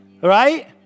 Right